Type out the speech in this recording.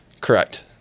Correct